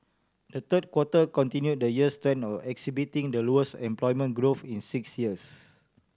the third quarter continue the year's trend of exhibiting the lowest employment growth in six years